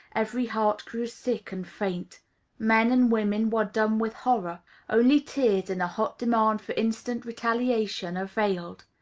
every heart grew sick and faint men and women were dumb with horror only tears and a hot demand for instant retaliation availed.